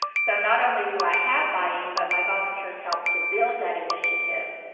so not only do i have buy-in, but my volunteers helped to build that initiative.